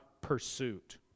pursuit